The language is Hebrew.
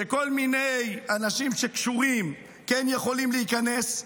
שכל מיני אנשים שקשורים כן יכולים להיכנס,